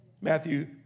Matthew